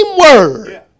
word